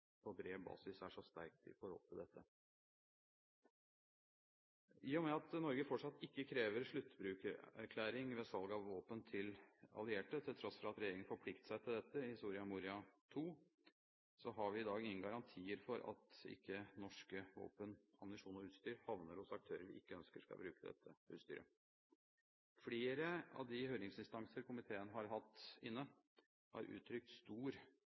på bred basis er så sterkt i forhold til dette. I og med at Norge fortsatt ikke krever sluttbrukererklæring ved salg av våpen til allierte, til tross for at regjeringen forpliktet seg til dette i Soria Moria II, har vi i dag ingen garantier for at ikke norske våpen, ammunisjon og utstyr havner hos aktører vi ikke ønsker skal bruke dette utstyret. Flere av de høringsinstanser komiteen har hatt inne, har uttrykt stor